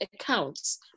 accounts